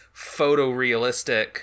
photorealistic